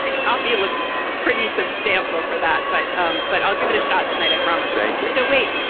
like copy looks pretty substantial for that. but um but i'll give it a shot tonight, i promise. thank you. so wait,